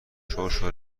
شرشر